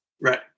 Right